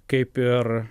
kaip ir